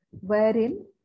wherein